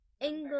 English